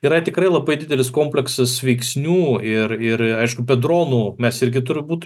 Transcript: yra tikrai labai didelis kompleksas veiksnių ir ir aišku be dronų mes irgi turbūt